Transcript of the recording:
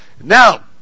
Now